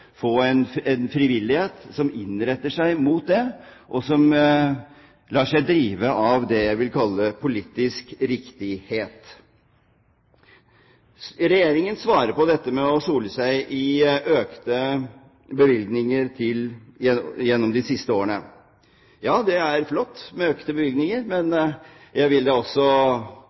få en frivillighet som innretter seg mot det, og som lar seg drive av det jeg vil kalle politisk riktighet. Regjeringen svarer på dette med å sole seg i økte bevilgninger gjennom de siste årene. Ja, det er flott med økte bevilgninger, men jeg vil på vegne av Høyre – og jeg tror resten av opposisjonen – også